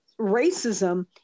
racism